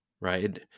right